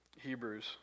Hebrews